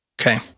Okay